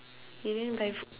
you didn't buy food